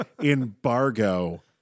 embargo